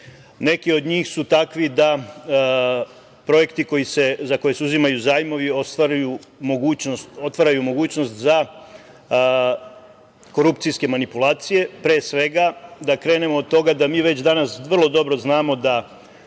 radi. Neki od njih su takvi projekti za koje se uzimaju zajmovi otvaraju mogućnost za korupcijske manipulacije. Pre svega da krenemo od toga da mi već danas vrlo dobro znamo da